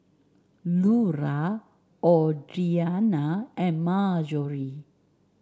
Lura Audriana and Marjorie